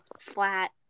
flat